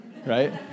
right